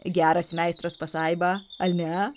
geras meistras pasaiba al ne